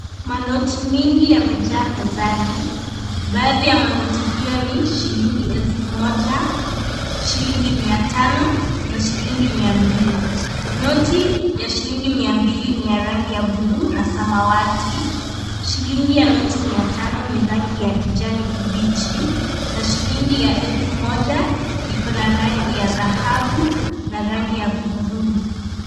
Manoti mingi yamejaa mezani, baadhi ya manoti hiyo ni shilingi elfu moja, shilingi mia tano na shilingi mia mbili. Noti ya shilingi mia mbili ni ya rangi ya blue na samawati. Shilingi ya noti ya mia tano ni ya rangi ya kijani kibichi na shilingi ya elfu moja, iko na rangi ya dhahabu na rangi ya hudhurungi.